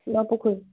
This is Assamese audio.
নপুখুৰী